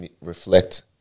reflect